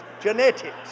genetics